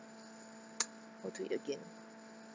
I'll do it again